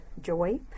joy